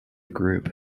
group